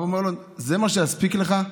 הרב אומר לו: זה מה שיספיק לך?